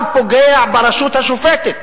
אבל הוא גם פוגע ברשות השופטת.